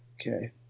Okay